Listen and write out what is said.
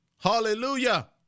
Hallelujah